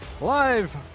Live